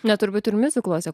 na turbūt ir miuzikluose